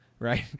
Right